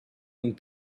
and